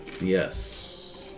Yes